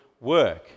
work